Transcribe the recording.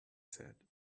said